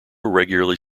regularly